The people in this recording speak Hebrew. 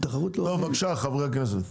בבקשה, חברי הכנסת.